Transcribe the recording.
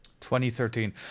2013